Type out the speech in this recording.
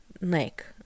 neck